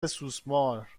سوسمار